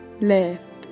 left